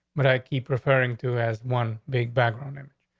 but i keep referring to has one big background. and